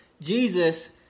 Jesus